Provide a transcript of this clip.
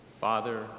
Father